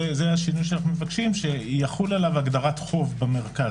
זה השינוי שאנחנו מבקשים שיחול עליו הגדרת חוב במרכז,